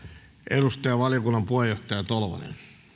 edustaja valiokunnan puheenjohtaja tolvanen